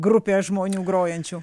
grupė žmonių grojančių